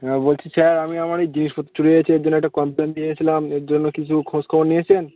হ্যাঁ বলছি স্যার আমি আমার এই জিনিসপত্র চুরি হয়ে গেছে এর জন্য একটা কমপ্লেন্ট দিয়েছিলাম এর জন্য কিছু খোঁজ খবর নিয়েছেন